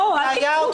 זה היה עוד קודם.